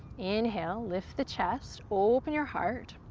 inhale, lift the chest. open your heart.